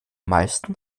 meisten